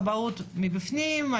אני מכירה את הכבאות מבפנים,